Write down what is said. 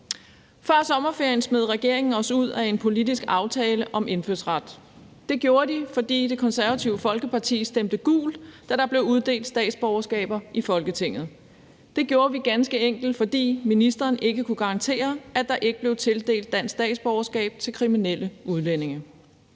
Før sommerferien smed regeringen os ud af en politisk aftale om indfødsret. Det gjorde de, fordi Det Konservative Folkeparti stemte gult, da der blev uddelt statsborgerskaber i Folketinget. Det gjorde vi ganske enkelt, fordi ministeren ikke kunne garantere, at der ikke blev tildelt dansk statsborgerskab til kriminelle udlændinge.